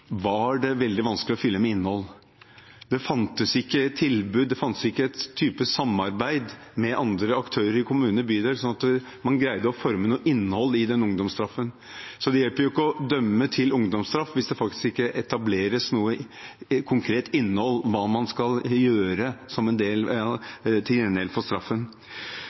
var det veldig vanskelig å fylle med innhold. Det fantes ikke tilbud, det fantes ikke en type samarbeid med andre aktører i kommune/bydel sånn at man greide å forme noe innhold i den ungdomsstraffen. Det hjelper jo ikke å dømme noen til ungdomsstraff hvis det ikke faktisk etableres noe konkret innhold om hva man skal gjøre